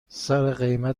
سرقیمت